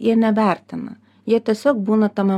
jie nevertina jie tiesiog būna tame